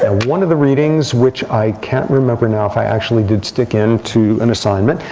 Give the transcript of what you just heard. and one of the readings, which i can't remember now if i actually did stick into an assignment,